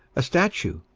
a statue,